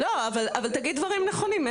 אבל תגיד דברים נכונים.